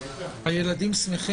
הישיבה ננעלה בשעה